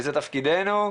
וזה תפקידנו.